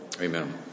Amen